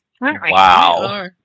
Wow